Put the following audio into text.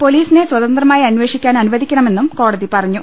പൊലീസിനെ സ്വതന്ത്രമായി അന്വേഷിക്കാൻ അനുവദിക്കണമെന്നും കോടതി പറഞ്ഞു